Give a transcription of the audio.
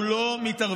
אנחנו לא מתערבים,